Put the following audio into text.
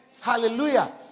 hallelujah